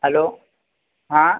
hello हाँ